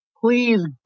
Please